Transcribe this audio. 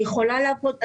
היא יכולה לעבוד,